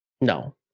No